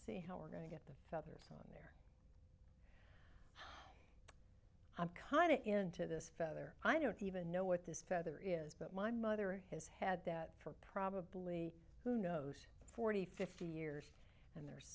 see how we're going to get the feathers on i'm kind of into this feather i don't even know what this feather is but my mother has had that for probably who knows forty fifty years and there's